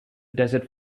desert